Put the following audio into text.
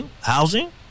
housing